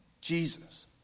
Jesus